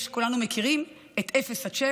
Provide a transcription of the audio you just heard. כולנו מכירים את 0 7,